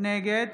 נגד